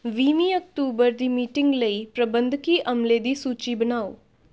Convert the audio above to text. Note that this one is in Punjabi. ਵੀਹਵੀਂ ਅਕਤੂਬਰ ਦੀ ਮੀਟਿੰਗ ਲਈ ਪ੍ਰਬੰਧਕੀ ਅਮਲੇ ਦੀ ਸੂਚੀ ਬਣਾਓ